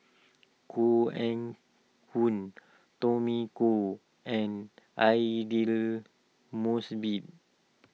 Koh Eng Hoon Tommy Koh and Aidli Mosbit